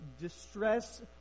distress